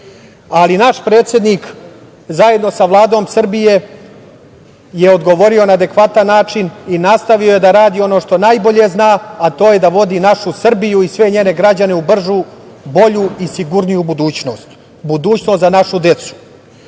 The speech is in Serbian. Ali, naš predsednik, zajedno sa Vladom Srbije je odgovorio na adekvatan način i nastavio je da radi ono što najbolje zna, a to je da vodi našu Srbiju i sve njene građane u bržu, bolju i sigurniju budućnost, budućnost za našu decu. Od